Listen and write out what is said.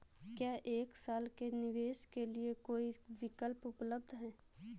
क्या एक साल के निवेश के लिए कोई विकल्प उपलब्ध है?